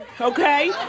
okay